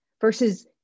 versus